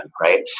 right